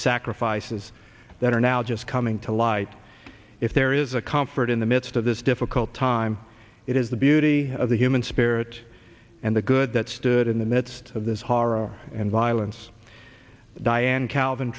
sacrifices that are now just coming to light if there is a confort in the midst of this difficult time it is the beauty of the human spirit and the good that stood in the midst of this horror and violence diane calvin